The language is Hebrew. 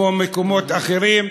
כמו במקומות אחרים,